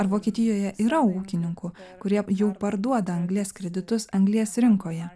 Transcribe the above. ar vokietijoje yra ūkininkų kurie jau parduoda anglies kreditus anglies rinkoje